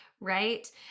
Right